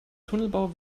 tunnelbau